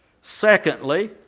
Secondly